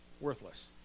worthless